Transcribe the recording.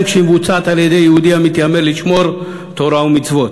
כשהיא מבוצעת על-ידי יהודי המתיימר לשמור תורה ומצוות.